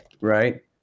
right